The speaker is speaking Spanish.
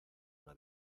una